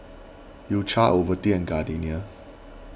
U Cha Ovaltine and Gardenia